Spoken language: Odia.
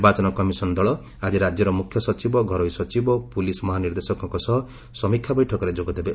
ନିର୍ବାଚନ କମିଶନ ଦଳ ଆଜ୍ଜି ରାଜ୍ୟର ମୁଖ୍ୟସଚିବ ଘରୋଇ ସଚିବ ଓ ପୁଲିସ ମହାନିର୍ଦ୍ଦେଶକଙ୍କ ସହ ସମୀକ୍ଷା ବୈଠକରେ ଯୋଗଦେବେ